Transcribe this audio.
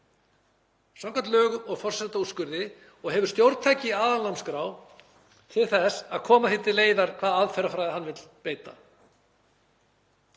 samkvæmt lögum og forsetaúrskurði og hefur stjórntæki aðalnámskrár til þess að koma því til leiðar hvaða aðferðafræði hann vill beita.